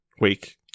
week